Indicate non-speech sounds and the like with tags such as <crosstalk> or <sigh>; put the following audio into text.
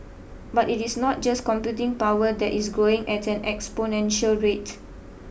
but it is not just computing power that is growing at an exponential rate <noise>